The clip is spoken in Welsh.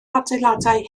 adeiladau